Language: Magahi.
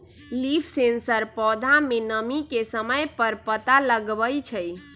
लीफ सेंसर पौधा में नमी के समय पर पता लगवई छई